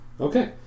Okay